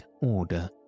order